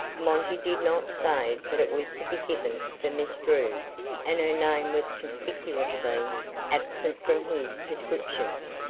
monty did not say that it was to be given for miss drew and her name was conspicuously absent from his descriptions.